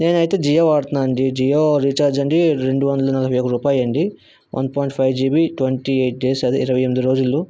నేనైతే జియో వాడుతున్నానండి జియో రీఛార్జ్ అండి రెండు వందల నలభై ఒక రూపాయండి one point five GB twenty eight days అదే ఇరవై ఎనిమిది రోజులు